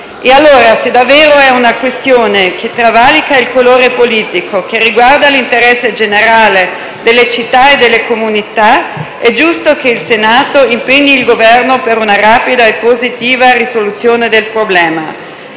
E allora, se davvero è una questione che travalica il colore politico e che riguarda l'interesse generale delle città e delle comunità, è giusto che il Senato impegni il Governo per una rapida e positiva risoluzione del problema.